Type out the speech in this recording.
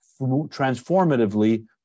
transformatively